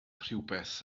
rhywbeth